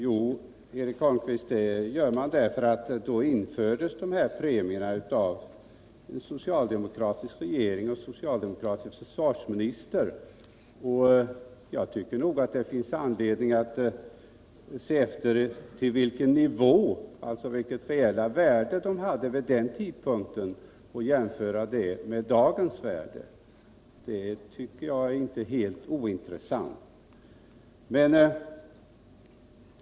Jo, därför att då infördes dessa premier av en socialdemokratisk regering och en socialdemokratisk försvarsminister. Jag tycker det finns anledning att se efter vilket reellt värde de hade vid den udpunkten och jämföra med dagens värde. Det anser jag inte vara helt ointressant.